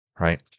right